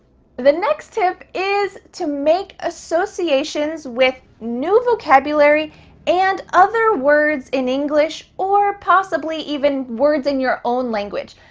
the next tip is to make associations with new vocabulary and other words in english, or possibly even words in your own language.